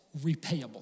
repayable